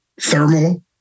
thermal